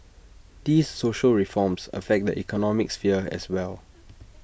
these social reforms affect the economic sphere as well